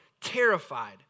terrified